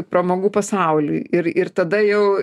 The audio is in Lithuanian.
pramogų pasauliui ir ir tada jau